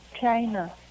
China